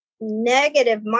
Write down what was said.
negative